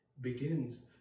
begins